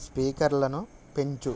స్పీకర్లను పెంచు